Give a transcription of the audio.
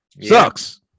sucks